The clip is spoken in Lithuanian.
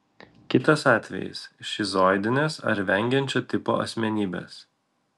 kitas atvejis šizoidinės ar vengiančio tipo asmenybės